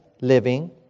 living